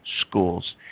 schools